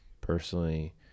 personally